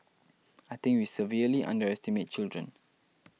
I think we severely underestimate children